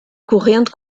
correndo